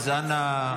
אנא,